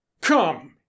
Come